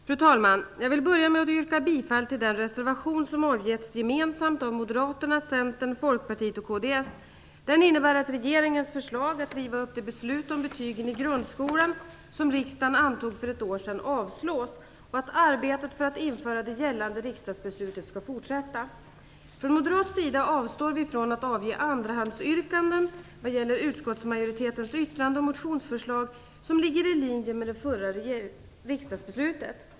Fru talman! Jag vill börja med att yrka bifall till den reservation som avgetts gemensamt av Moderaterna, Centern, Folkpartiet och kds. Den innebär att regeringens förslag att riva upp det beslut om betygen i grundskolan som riksdagen antog för ett år sedan avslås och att arbetet för att införa det gällande riksdagsbeslutet skall fortsätta. Från moderat sida avstår vi från att avge andrahandsyrkanden vad gäller utskottsmajoritetens yttrande och motionsförslag som ligger i linje med det förra riksdagsbeslutet.